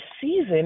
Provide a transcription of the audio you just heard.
season